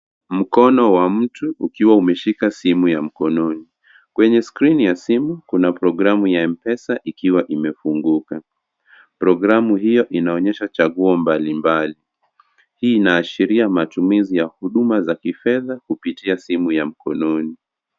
Mkono wa mtu ukiwa umeshika simu ya mkononi kwenye skrini ya simu kuna programu ya mpesa ikiwa imefunguka. Programu hiyo inaonyesha chaguo mbali mbali hii inaashiria matumizi ya huduma za kifedha kupitia simu ya mkononi.